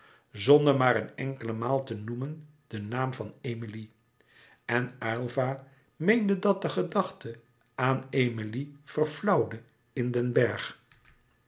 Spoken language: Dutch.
zonder maar een enkele maal te noemen den naam van emilie en aylva meende dat de gedachte aan emilie verflauwde in den bergh